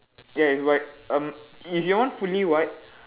ya it's white um is your one fully white